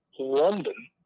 London